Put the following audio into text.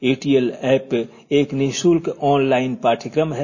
ए T L app एक निशुल्क online पाठ्यक्रम है